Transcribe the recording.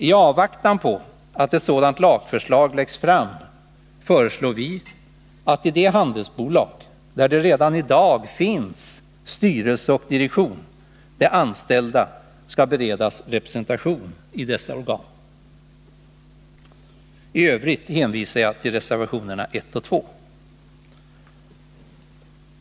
I avvaktan på att ett sådant lagförslag läggs fram föreslår vi att i de handelsbolag där det redan i dag finns styrelse och direktion skall de anställda beredas representation i dessa organ. I övrigt hänvisar jag till reservationerna 1 och 2.